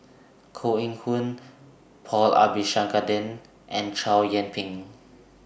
Koh Eng Hoon Paul Abisheganaden and Chow Yian Ping